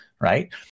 right